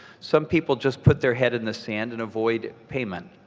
some people just put their head in the sand and avoid payment.